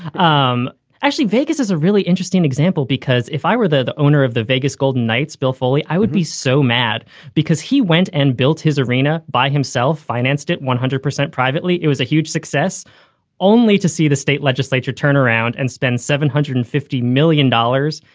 um actually, vegas is a really interesting example, because if i were the owner of the vegas golden knights bill foley, i would be so mad because he went and built his arena by himself, financed it one hundred percent privately. it was a huge success only to see the state legislature turn around and spend seven hundred and fifty million dollars,